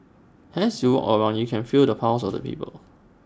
as you walk around you can feel the pulse of the people